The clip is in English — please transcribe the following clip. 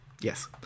Yes